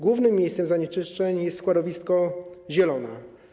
Głównym miejscem zanieczyszczeń jest składowisko Zielona.